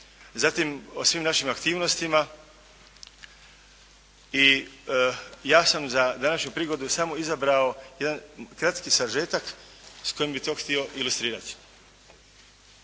zatim o svim našim aktivnostima i ja sam za današnju prigodu samo izabrao jedan kratki sažetak s kojim bih to htio ilustrirati.